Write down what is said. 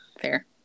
Fair